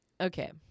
Okay